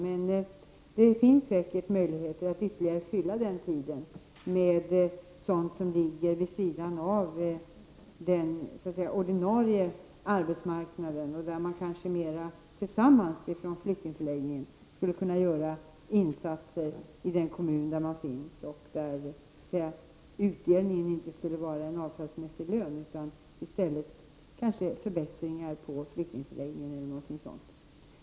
Men det finns säkert möjligheter att ytterligare fylla denna tid med sådant som ligger vid sidan av den ordinarie arbetsmarknaden. Människorna på flyktingförläggningarna skulle tillsammans kunna göra insatser i den kommun där de befinner sig. Ersättningen för detta arbete skulle då inte vara i form av en avtalsmässig lön utan i form av t.ex. förbättringar på flyktingförläggningen.